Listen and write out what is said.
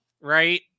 right